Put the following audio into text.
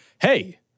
hey